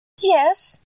yes